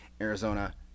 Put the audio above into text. Arizona